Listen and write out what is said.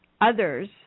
others